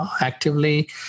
actively